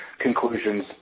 conclusions